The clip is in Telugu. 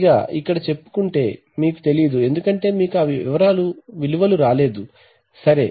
పైగా ఇక్కడ చెప్పుకుంటే మీకు తెలియదు ఎందుకంటే మీకు ఆ విలువలు రాలేదు సరే